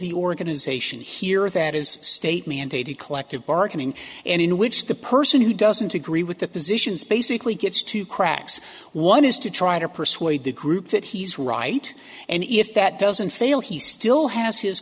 the organization here that is state mandated collective bargaining and in which the person who doesn't agree with the positions basically gets to cracks one is to try to persuade the group that he's right and if that doesn't fail he still has his